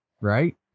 right